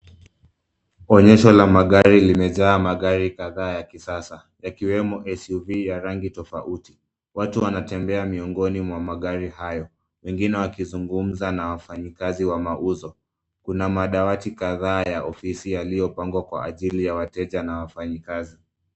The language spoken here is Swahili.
Onyesho la magari limejaa magari kadhaa ya kisasa ikiwemo suv ya rangi tofauti. Watu wanatembea miongoni mwa magari hayo wengine wakizungumza na wafanyikazi wa mauzo. kuna madawati kadhaa yaliyopangwa kwa ajili ya wateja na wafanyakazi.